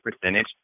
percentage